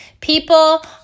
People